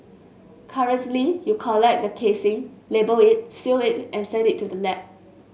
currently you collect the casing label it seal it and send it to the lab